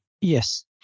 Yes